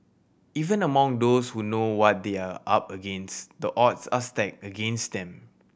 even among those who know what they are up against the odds are stacked against them